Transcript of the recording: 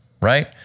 right